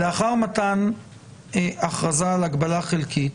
"לאחר מתן הכרזה על הגבלה חלקית